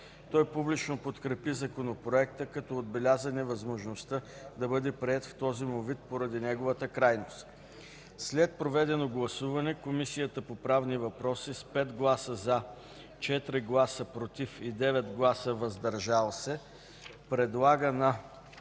Той публично подкрепи Законопроекта, като отбеляза невъзможността да бъде приет в този му вид поради неговата крайност. След проведено гласуване Комисията по правни въпроси с 5 гласа „за”, 4 гласа „против“ и 9 гласа „въздържал се” предлага на